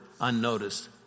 unnoticed